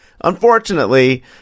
Unfortunately